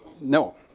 no